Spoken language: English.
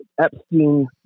Epstein